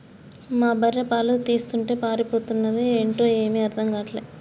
మా బర్రె పాలు తీస్తుంటే పారిపోతన్నాది ఏంటో ఏమీ అర్థం గాటల్లే